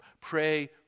Pray